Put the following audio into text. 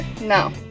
No